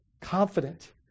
confident